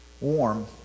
warm